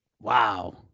Wow